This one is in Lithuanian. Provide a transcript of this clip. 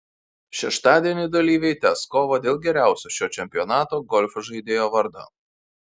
šeštadienį dalyviai tęs kovą dėl geriausio šio čempionato golfo žaidėjo vardo